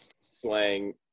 slang